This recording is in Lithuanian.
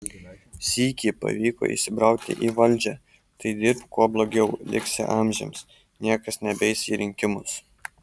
sykį pavyko įsibrauti į valdžią tai dirbk kuo blogiau liksi amžiams niekas nebeis į rinkimus